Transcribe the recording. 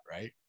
right